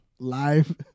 Live